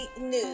news